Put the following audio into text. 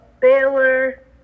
baylor